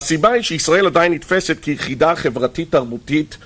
הסיבה היא שישראל עדיין נתפסת כיחידה חברתית תרבותית